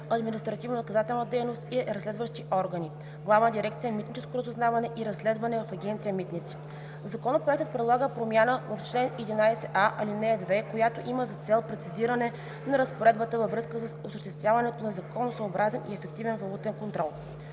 „Административнонаказателна дейност и разследващи органи“, главна дирекция „Митническо разузнаване и разследване“ в Агенция „Митници“. Законопроектът предлага промяна в чл. 11а, ал. 2, която има за цел прецизиране на разпоредбата във връзка с осъществяването на законосъобразен и ефективен валутен контрол.